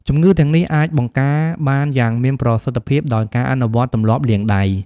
ជំងឺទាំងនេះ អាចបង្ការបានយ៉ាងមានប្រសិទ្ធភាពដោយការអនុវត្តទម្លាប់លាងដៃ។